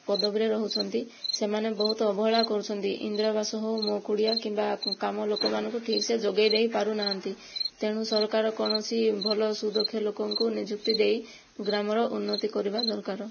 ପଦବୀରେ ରହୁଛନ୍ତି ସେମାନେ ବହୁତ ଅବହେଳା କରୁଛନ୍ତି ଇନ୍ଦିରା ଆବାସ ହେଉ ମୋ' କୁଡ଼ିଆ କିମ୍ବା କାମ ଲୋକମାନଙ୍କୁ ଠିକ୍ସେ ଯୋଗାଇ ଦେଇପାରୁନାହାନ୍ତି ତେଣୁ ସରକାର କୌଣସି ଭଲ ସୁଦକ୍ଷ ଲୋକଙ୍କୁ ନିଯୁକ୍ତି ଦେଇ ଗ୍ରାମର ଉନ୍ନତି କରିବା ଦରକାର